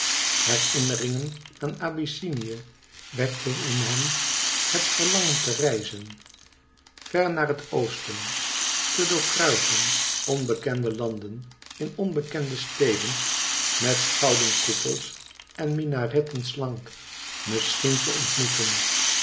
herinneringen aan abyssinie wekten in hem het verlangen te reizen ver naar het oosten te doorkruisen onbekende landen in onbekende steden met gouden koepels en minaretten slank rnisschien te ontmoeten